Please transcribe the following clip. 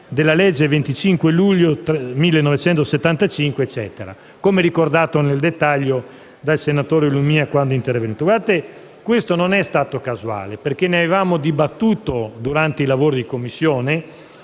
della legge 26 luglio 1975 (...)», come ricordato nel dettaglio dal senatore Lumia quando è intervenuto. Guardate che questo non è stato casuale, perché ne avevamo dibattuto durante i lavori in Commissione,